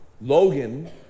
Logan